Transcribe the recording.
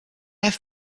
have